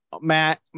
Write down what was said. Matt